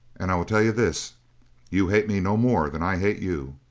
and i will tell you this you hate me no more than i hate you.